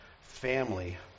family